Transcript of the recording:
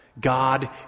God